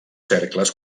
cercles